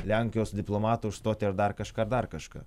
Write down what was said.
lenkijos diplomatų užstoti ar dar kažką ar dar kažką